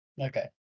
Okay